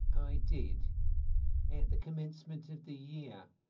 i did at the commencement of the year.